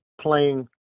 playing